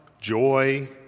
joy